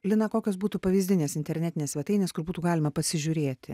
lina kokios būtų pavyzdinės internetinės svetainės kur būtų galima pasižiūrėti